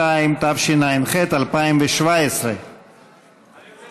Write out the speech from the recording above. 62), התשע"ח 2017. אני רוצה